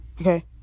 Okay